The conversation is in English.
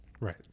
Right